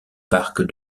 parcs